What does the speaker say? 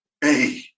hey